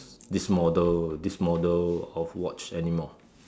this model this model of watch anymore